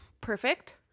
Perfect